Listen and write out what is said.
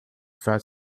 fat